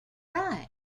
right